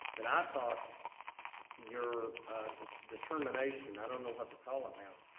that i thought your determination, i don't know what to call it now,